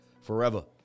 forever